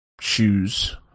shoes